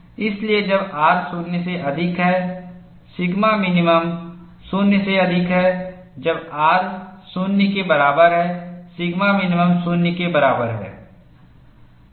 इसलिए जब R 0 से अधिक है σMIN 0 से अधिक है जब R 0 के बराबर है σMIN 0 के बराबर है